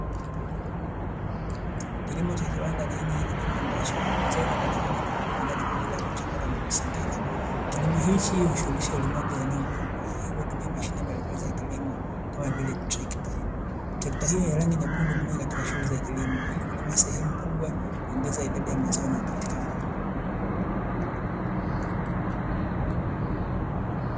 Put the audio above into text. Kilimo cha kiwanda ni aina ya kilimo ambacho mazao yanapatikana na kupelekwa kiwandani kwa ajili ya kuchakatwa na kusindika. Kilimo hichi huhusisha ulimaji wa eneo kubwa, hivyo hutumia mashine mbalimbali za kilimo kama vile trekta. Trekta hiyo ya rangi ya rangi nyekundu hutumika katika shughuli za kilimo ili kulima sehemu kubwa kuongeza idadi ya mazao yanayo patikana.